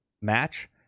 match